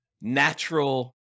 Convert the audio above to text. natural